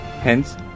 Hence